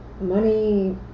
Money